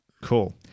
Cool